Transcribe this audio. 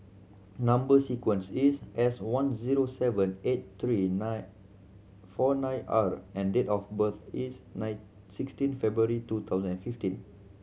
number sequence is S one zero seven eight three nine four nine R and date of birth is nine sixteen February two thousand and fifteen